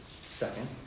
second